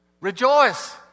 rejoice